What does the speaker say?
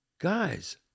Guys